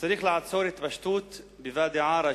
צריך לעצור את התפשטות האוכלוסייה בוואדי-עארה,